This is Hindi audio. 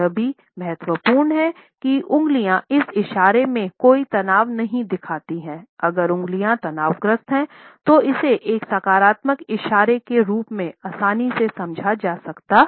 यह भी महत्वपूर्ण है कि उंगलियां इस इशारे में कोई तनाव नहीं दिखाती हैं अगर उंगलियां तनावग्रस्त हैं तो इसे एक नकारात्मक इशारे के रूप में आसानी से समझा जा सकता है